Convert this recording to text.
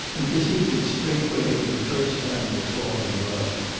and proceeded straightway for the first time to fall in love.